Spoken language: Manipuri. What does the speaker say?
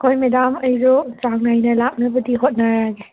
ꯍꯣꯏ ꯃꯦꯗꯥꯝ ꯑꯩꯗꯣ ꯆꯥꯡꯅꯥꯏꯅ ꯂꯥꯛꯅꯕꯗꯤ ꯍꯣꯠꯅꯔꯒꯦ